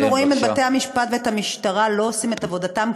אנחנו רואים את בתי-המשפט ואת המשטרה לא עושים את עבודתם,